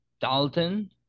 Dalton